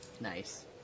Nice